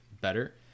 better